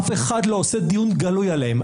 אף אחד לא עושה דיון גלוי עליהם.